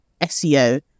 SEO